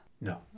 No